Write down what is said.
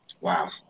wow